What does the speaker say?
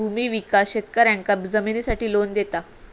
भूमि विकास शेतकऱ्यांका जमिनीसाठी लोन देता